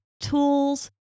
tools